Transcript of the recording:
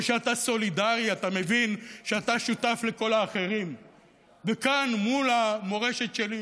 אחיי ואחיותיי האחרים מכל המינים,